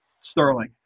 Sterling